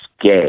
gay